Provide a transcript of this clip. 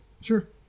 Sure